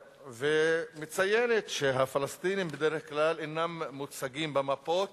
ומציינת שהפלסטינים, בדרך כלל, אינם מוצגים במפות,